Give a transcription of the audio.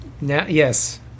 yes